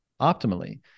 optimally